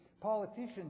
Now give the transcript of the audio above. politicians